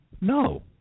no